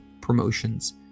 promotions